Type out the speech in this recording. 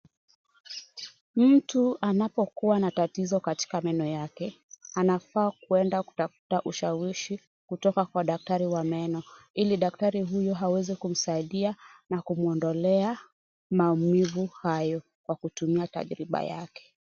Mtu anapokuwa na tatizo katika meno yake anafaa kuenda kutafuta ushawishi kutoka kwa daktari wa meno ili daktari huyo aweze kumsaidia na kumuondolea maumivu hayo kwa kutumia tajriba yake.